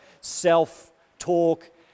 self-talk